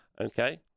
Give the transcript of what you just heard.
okay